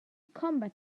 combat